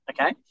okay